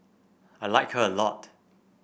I like her a lot